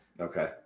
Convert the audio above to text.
Okay